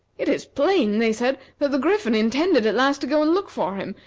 it is plain, they said, that the griffin intended at last to go and look for him,